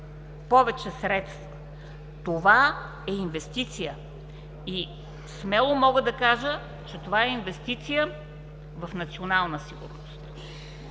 повече средства. Това е инвестиция и смело мога да кажа, че това е инвестиция в национална сигурност.